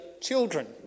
children